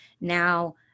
now